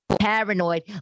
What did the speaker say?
paranoid